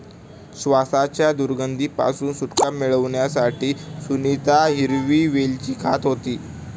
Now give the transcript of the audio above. श्वासाच्या दुर्गंधी पासून सुटका मिळवण्यासाठी सुनीता हिरवी वेलची खात होती